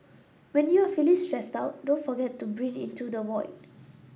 when you are feeling stressed out don't forget to breathe into the void